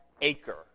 acre